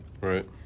Right